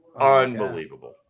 unbelievable